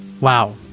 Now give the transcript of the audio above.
Wow